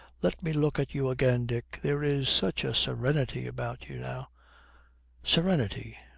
let me look at you again, dick. there is such a serenity about you now serenity,